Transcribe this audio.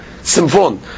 Simfon